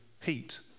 heat